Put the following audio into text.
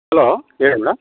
hello ಹೇಳಿ madam